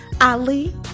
Ali